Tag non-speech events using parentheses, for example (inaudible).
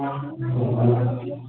(unintelligible)